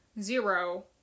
Zero